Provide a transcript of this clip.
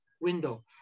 window